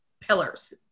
pillars